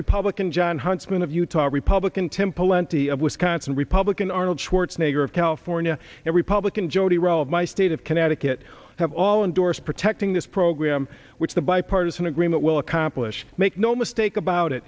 republican jon huntsman of utah republican temple leonti of wisconsin republican arnold schwarzenegger of california and republican jody realm my state of connecticut have all endorsed protecting this program which the bipartisan agreement will accomplish make no mistake about it